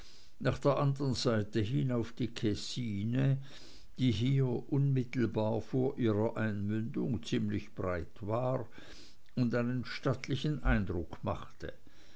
nach der anderen seite hin auf die kessine die hier unmittelbar vor ihrer einmündung ziemlich breit war und einen stattlichen eindruck machte